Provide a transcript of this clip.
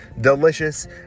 delicious